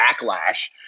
backlash